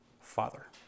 Father